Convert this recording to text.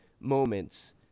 moments